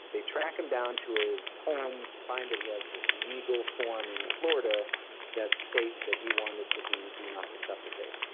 they track him down to his home, they find that he has this legal form in florida that states that he wanted to be do not resuscitate.